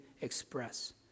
express